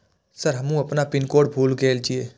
Sir हमू अपना pin code भूल गेल जीये?